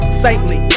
saintly